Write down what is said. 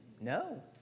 No